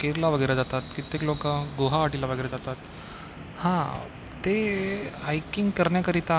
केरळ वगैरे जातात कित्येक लोक गुवाहाटीला वगैरे जातात हा ते हायकिंग करण्याकरिता